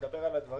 לדבר על הדברים,